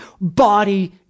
body